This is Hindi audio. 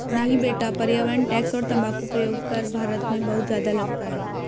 नहीं बेटा पर्यावरण टैक्स और तंबाकू प्रयोग कर भारत में बहुत ज्यादा लगता है